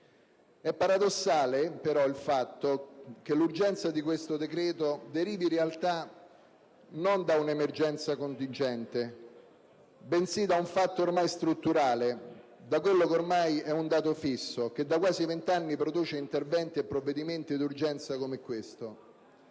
È paradossale, però, il fatto che l'urgenza di questo decreto derivi in realtà non da una emergenza contingente, bensì da un fatto ormai strutturale, da quello che ormai è un dato fisso, che da quasi venti anni produce interventi e provvedimenti d'urgenza come questo.